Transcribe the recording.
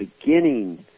beginning